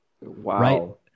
Wow